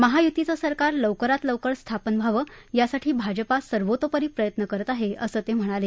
महायुंतीचं सरकार लवकरात लवकर स्थापन व्हावं यासाठी भाजपा सर्वतोपरी प्रयत्न करत आहे असं ते म्हणाले